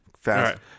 fast